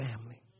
family